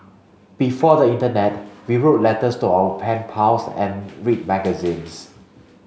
before the internet we wrote letters to our pen pals and read magazines